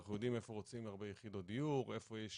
אנחנו יודעים איפה רוצים הרבה יחידות דיור ואיפה יש